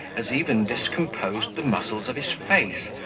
as even discomposed the muscles of his face,